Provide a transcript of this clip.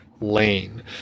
lane